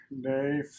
day